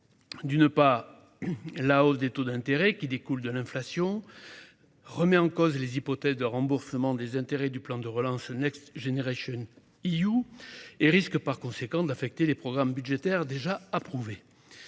D'une part, la hausse des taux d'intérêt, qui découle de l'inflation, remet en cause les hypothèses de remboursement des intérêts du plan de relance et risque, par conséquent, d'affecter des programmes budgétaires déjà approuvés.